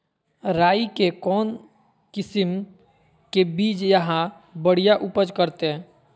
राई के कौन किसिम के बिज यहा बड़िया उपज करते?